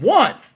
one